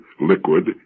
liquid